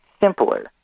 simpler